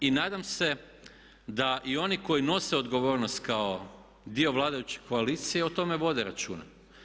I nadam se da i oni koji nose odgovornost kao dio vladajuće koalicije o tome vode računa.